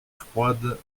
froide